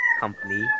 Company